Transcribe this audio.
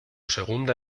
segunda